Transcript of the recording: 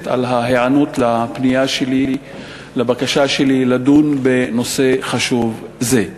על ההיענות לבקשה שלי לדון בנושא חשוב זה.